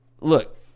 Look